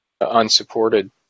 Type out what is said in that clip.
unsupported